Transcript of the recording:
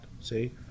see